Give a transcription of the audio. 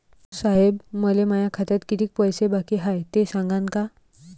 साहेब, मले माया खात्यात कितीक पैसे बाकी हाय, ते सांगान का?